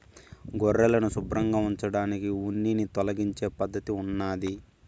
గొర్రెలను శుభ్రంగా ఉంచడానికి ఉన్నిని తొలగించే పద్ధతి ఉన్నాది